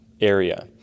area